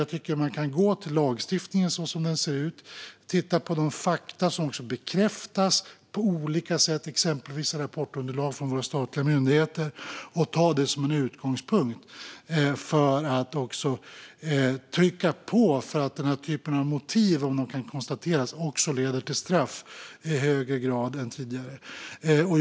Jag tycker att man kan gå till lagstiftningen som den ser ut, titta på de fakta som bekräftas på olika sätt, exempelvis av rapportunderlag från våra statliga myndigheter, och ta det som en utgångspunkt för att trycka på för att denna typ av motiv - om de kan konstateras - ska leda till straff i högre grad än tidigare.